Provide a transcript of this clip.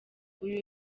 uyu